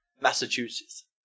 Massachusetts